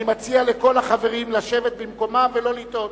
אני מציע לכל החברים לשבת במקומם ולא לטעות.